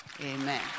Amen